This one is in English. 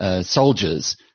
soldiers